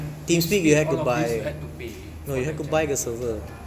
team speak all of this you had to pay for the channel